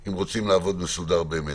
אם רוצים לעבוד מסודר באמת.